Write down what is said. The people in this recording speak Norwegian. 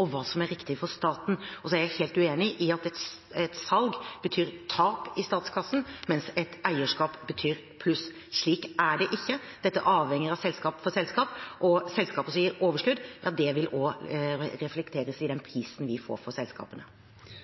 og hva som er riktig for staten. Jeg er helt uenig i at et salg betyr tap i statskassen, mens et eierskap betyr pluss. Slik er det ikke. Dette avhenger av de forskjellige selskap, og selskap som gir overskudd, vil også reflekteres i den prisen vi får for selskapene.